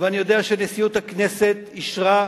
ואני יודע שנשיאות הכנסת אישרה,